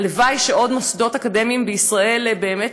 הלוואי שעוד מוסדות אקדמיים בישראל באמת